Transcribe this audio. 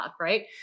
right